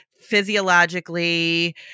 physiologically